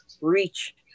reach